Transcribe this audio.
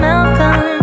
Malcolm